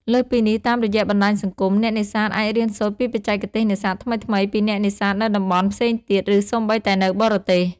លើសពីនេះ តាមរយៈបណ្តាញសង្គម អ្នកនេសាទអាចរៀនសូត្រពីបច្ចេកទេសនេសាទថ្មីៗពីអ្នកនេសាទនៅតំបន់ផ្សេងទៀត ឬសូម្បីតែនៅបរទេស។